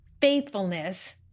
faithfulness